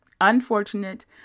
Unfortunate